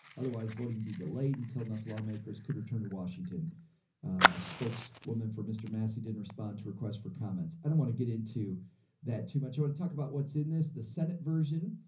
otherwise voting be delayed until enough lawmakers could return to washington. a spokes woman for mr. massey didn't respond to request for comments. i don't want to get into that too much or to talk about what's in this. the senate version.